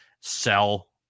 sell